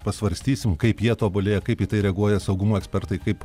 pasvarstysim kaip jie tobulėja kaip į tai reaguoja saugumo ekspertai kaip